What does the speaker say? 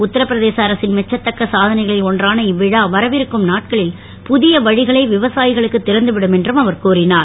உத்தரப்பிரதேஷ் அரசின் மெச்சத்தக்க சாதனைகளில் ஒன்றான இவ்விழா வரவிருக்கும் நாட்களில் புதிய வழிகளை விவசாயிகளுக்கு திறந்துவிடும் என்றும் அவர் கூறினார்